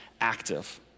active